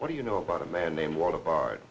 what do you know about a man named walter bar